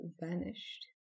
vanished